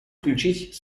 включить